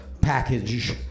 package